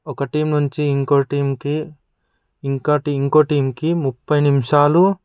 ఒకటి టీం నుంచి ఇంకో టీంకి ఇంకా టి ఇంకో టీంకి ముప్పై నిమిషాలు